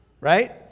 Right